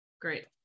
great